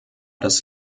das